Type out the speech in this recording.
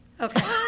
okay